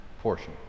portion